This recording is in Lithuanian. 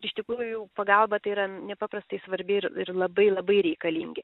iš tikrųjų pagalba tai yra nepaprastai svarbi ir ir labai labai reikalingi